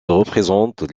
représentent